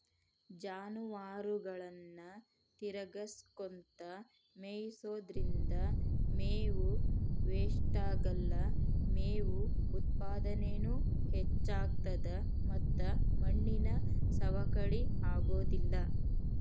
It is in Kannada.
ಜಾನುವಾರುಗಳನ್ನ ತಿರಗಸ್ಕೊತ ಮೇಯಿಸೋದ್ರಿಂದ ಮೇವು ವೇಷ್ಟಾಗಲ್ಲ, ಮೇವು ಉತ್ಪಾದನೇನು ಹೆಚ್ಚಾಗ್ತತದ ಮತ್ತ ಮಣ್ಣಿನ ಸವಕಳಿ ಆಗೋದಿಲ್ಲ